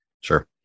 Sure